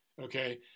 okay